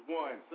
one